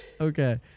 Okay